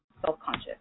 self-conscious